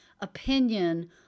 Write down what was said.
opinion